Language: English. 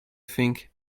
think